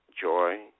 joy